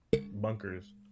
Bunkers